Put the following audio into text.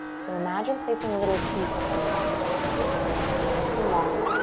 so imagine placing a little teacup on the back of the neck here. so the neck is nice and long.